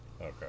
Okay